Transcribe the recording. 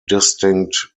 distinct